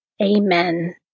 Amen